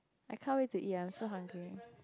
I can't wait to eat I'm so hungry